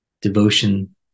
devotion